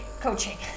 coaching